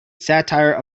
satire